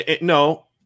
No